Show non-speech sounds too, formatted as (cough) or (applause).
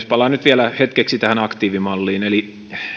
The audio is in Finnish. (unintelligible) palaan nyt vielä hetkeksi tähän aktiivimalliin